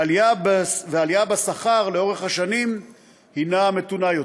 והעלייה בשכר לאורך השנים היא מתונה יותר.